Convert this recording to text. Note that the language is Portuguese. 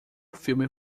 filme